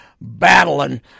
battling